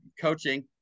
coaching